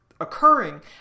occurring